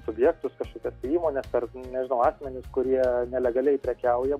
subjektus kažkokias tai įmones ar nežinau asmenis kurie nelegaliai prekiauja